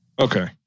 Okay